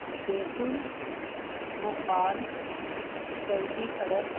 جے پور بھوپال سعودی عرب